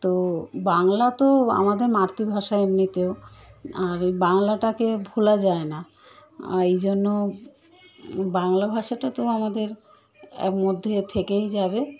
তো বাংলা তো আমাদের মাতৃভাষা এমনিতেও আর এই বাংলাটাকে ভোলা যায় না এই জন্য বাংলা ভাষাটা তো আমাদের এক মধ্যে থেকেই যাবে